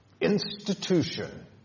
institution